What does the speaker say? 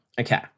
Okay